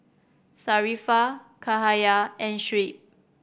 Sharifah Cahaya and Shuib